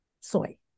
soy